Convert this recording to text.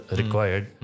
required